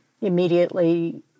immediately